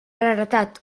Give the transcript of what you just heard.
heretat